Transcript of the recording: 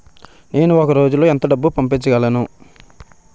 నేను ఒక రోజులో ఎంత డబ్బు పంపించగలను?